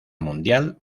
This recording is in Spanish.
mundial